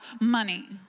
money